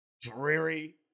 dreary